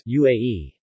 UAE